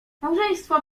małżeństwo